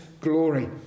glory